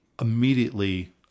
immediately